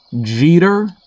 Jeter